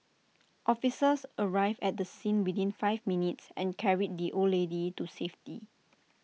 officers arrived at the scene within five minutes and carried the old lady to safety